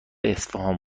اصفهان